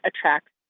attracts